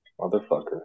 Motherfucker